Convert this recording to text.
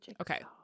Okay